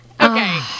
okay